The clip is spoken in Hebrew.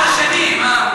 השני.